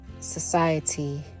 society